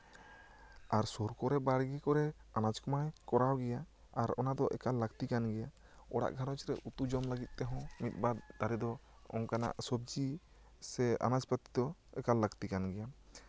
ᱟᱨ ᱥᱩᱨ ᱠᱚᱨᱮ ᱵᱟᱲᱜᱮ ᱠᱚᱨᱮ ᱟᱱᱟᱡᱽ ᱠᱚᱢᱟ ᱠᱚᱨᱟᱣ ᱜᱮᱭᱟ ᱟᱨ ᱚᱱᱟ ᱫᱚ ᱮᱠᱟᱞ ᱞᱟᱹᱠᱛᱤ ᱠᱟᱱ ᱜᱮᱭᱟ ᱚᱲᱟᱜ ᱜᱷᱟᱨᱚᱸᱡᱽ ᱨᱮ ᱩᱛᱩ ᱡᱚᱢ ᱞᱟᱹᱜᱤᱫ ᱛᱮᱦᱚᱸ ᱢᱤᱫᱵᱟᱨ ᱫᱟᱨᱮ ᱫᱚ ᱚᱱᱠᱟᱱᱟᱜ ᱥᱚᱵᱡᱤ ᱥᱮ ᱟᱱᱟᱡ ᱯᱟᱛᱤ ᱫᱚ ᱮᱠᱟᱞ ᱞᱟᱠᱛᱤ ᱠᱟᱱ ᱜᱮᱭᱟ